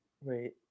Wait